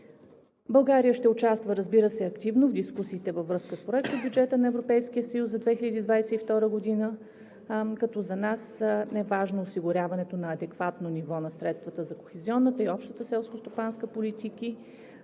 България ще участва, разбира се, активно в дискусиите във връзка с Проектобюджета на Европейския съюз за 2022 г., като за нас е важно осигуряването на адекватно ниво на средствата за кохезионната и общата селскостопанска политики,